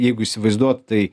jeigu įsivaizduot tai